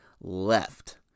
left